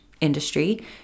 industry